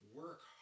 work